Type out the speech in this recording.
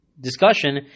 discussion